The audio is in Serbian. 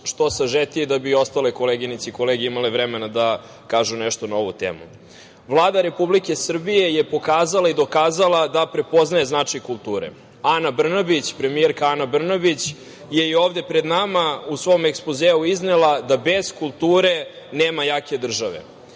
što sažetiji, da bi ostale koleginice i kolege imale vremena da kažu nešto na ovu temu. Vlada Republike Srbije je pokazala i dokazala da prepoznaje značaj kulture. Premijerka Ana Brnabić je i ovde pred nama u svom ekspozeu iznela da bez kulture nema jake države. Ja